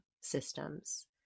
systems